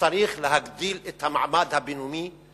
שצריך להגדיל את המעמד הבינוני,